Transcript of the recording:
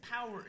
power